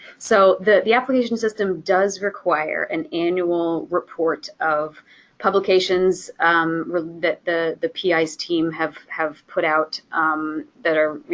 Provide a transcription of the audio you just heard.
so the the application system does require an annual report of publications that the the pi's team have have put out that are,